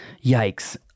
yikes